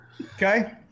Okay